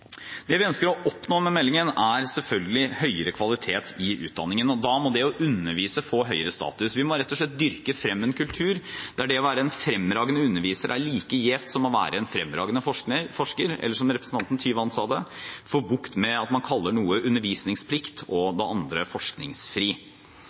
Det vi ønsker å oppnå med meldingen, er selvfølgelig høyere kvalitet i utdanningen, og da må det å undervise få høyere status. Vi må rett og slett dyrke frem en kultur der det å være en fremragende underviser er like gjevt som det å være en fremragende forsker, eller som representanten Tyvand sa det: få bukt med at man kaller det ene «undervisningsplikt» og